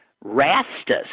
Rastus